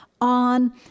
on